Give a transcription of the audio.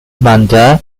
banda